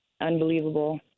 unbelievable